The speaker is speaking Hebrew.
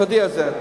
תודיע את זה.